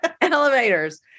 Elevators